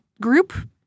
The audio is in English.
group